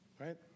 right